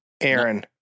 Aaron